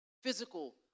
physical